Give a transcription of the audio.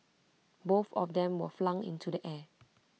both of them were flung into the air